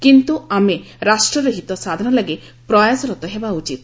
କିନ୍ତୁ ଆାମେ ରାଷ୍ଟ୍ରର ହିତ ସାଧନ ଲାଗି ପ୍ରୟାସରତ ହେବା ଉଚିତ